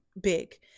big